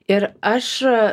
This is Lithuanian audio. ir aš